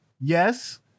Yes